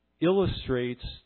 illustrates